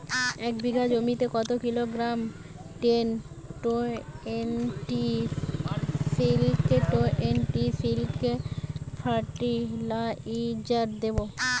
এক বিঘা জমিতে কত kilogram ten twenty six twenty six fertiliser দেবো?